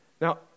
Now